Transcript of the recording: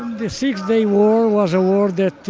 the six-day war was a war that